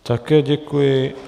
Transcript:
Také děkuji.